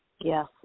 Yes